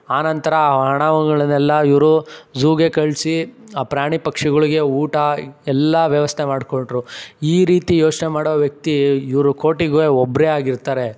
ಆನಂತರ ಹಣಗಳನ್ನೆಲ್ಲ ಇವರು ಝೂಗೆ ಕಳಿಸಿ ಆ ಪ್ರಾಣಿ ಪಕ್ಷಿಗಳಿಗೆ ಊಟ ಎಲ್ಲ ವ್ಯವಸ್ಥೆ ಮಾಡಿಕೊಟ್ರು ಈ ರೀತಿ ಯೋಚ್ನೆ ಮಾಡೋ ವ್ಯಕ್ತಿ ಇವರು ಕೋಟಿಗೆ ಒಬ್ಬರೇ ಆಗಿರ್ತಾರೆ